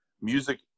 music